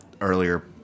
earlier